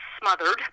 smothered